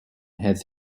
has